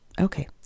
Okay